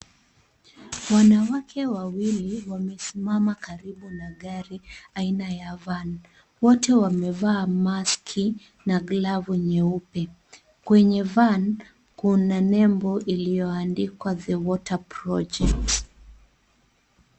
Wanawake wawili, wamesimama karibu na gari aina ya Van. Wote wamevaa maski , na glavu nyeupe. Kwenye Van, kuna nembo iliyoandikwa The water project .